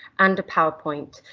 and a powerpoint,